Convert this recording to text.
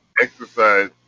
Exercise